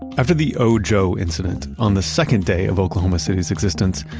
after the oh joe incident, on the second day of oklahoma city's existence,